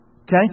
Okay